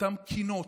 אותן קינות,